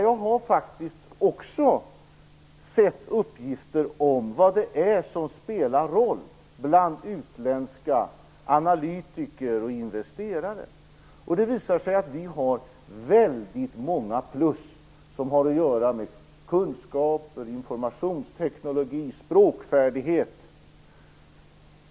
Jag har faktiskt också sett uppgifter om vad det är som spelar roll bland utländska analytiker och investerare. Det visar sig att vi har väldigt många plus som har att göra med kunskaper, informationsteknik och språkfärdighet.